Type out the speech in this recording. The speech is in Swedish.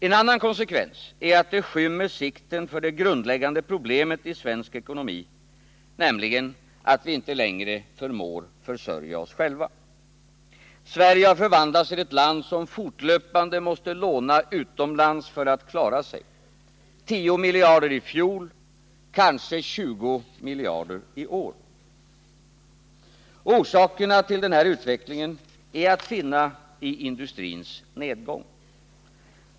En annan konsekvens är att det skymmer sikten för det grundläggande problemet i svensk ekonomi, nämligen att vi inte längre förmår försörja oss själva. Sverige har förvandlats till ett land som fortlöpande måste låna utomlands för att klara sig — 10 miljarder i fjol, kanske 20 miljarder i år. Orsakerna till denna utveckling är att finna i industrins nedgång.